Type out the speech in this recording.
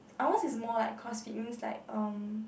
ours is more like cross fitness like um